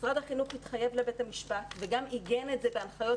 משרד החינוך התחייב לבית המשפט וגם עיגן את זה בהנחיות